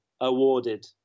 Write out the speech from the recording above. awarded